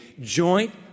joint